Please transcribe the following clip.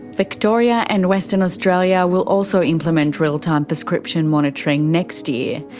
victoria and western australia will also implement real-time prescription monitoring next year.